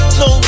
no